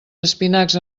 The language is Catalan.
espinacs